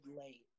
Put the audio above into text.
late